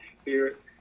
Spirit